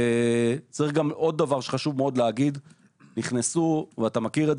יש עוד דבר שחשוב מאוד להגיד ואתה מכיר את